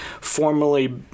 formally